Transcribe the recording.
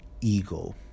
ego